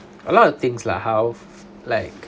a lot of things lah how like